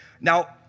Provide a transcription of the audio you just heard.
Now